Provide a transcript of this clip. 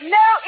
no